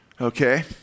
okay